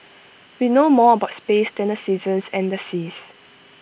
we know more about space than the seasons and the seas